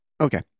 Okay